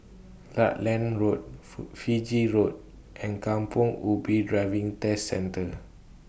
Rutland Road Fiji Road and Kampong Ubi Driving Test Centre